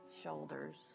shoulders